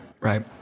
right